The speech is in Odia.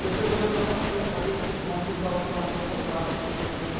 ଯେତେବେଲେ ଗଲେ ସେ ଖାଲି ମନ୍ଦିର୍ ବାବଦେ ଆମକୁ ପଚରା ପଚରି କରୁଛନ୍